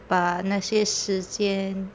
把那些时间